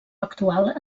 actual